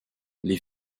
les